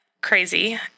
crazy